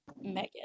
Megan